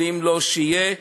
ואם לא, שיהיה.